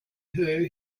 her